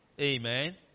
Amen